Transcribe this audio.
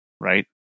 Right